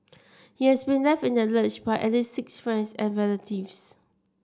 he has been left in the lurch by at six friends and relatives